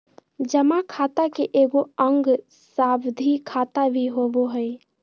जमा खाता के एगो अंग सावधि खाता भी होबो हइ